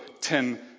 ten